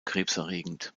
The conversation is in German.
krebserregend